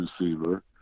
receiver